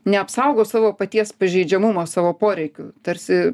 neapsaugo savo paties pažeidžiamumo savo poreikių tarsi